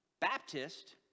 Baptist